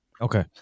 Okay